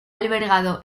albergado